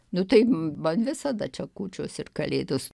nu tai man visada čia kūčios ir kalėdos